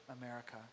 America